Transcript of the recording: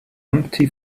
empty